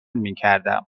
میکردم